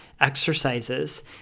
exercises